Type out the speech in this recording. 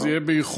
זה יהיה באיחור,